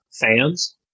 fans